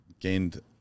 gained